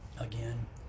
Again